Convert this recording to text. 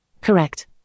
Correct